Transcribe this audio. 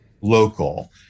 local